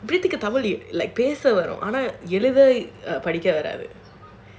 preethi க்கு:kku tamil பேச வரும் ஆனா எழுத படிக்க வராது:pesa varum aanaa ezhutha varaathu